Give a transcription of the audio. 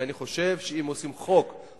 כי אני חושב שאם מחוקקים חוק,